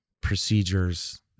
procedures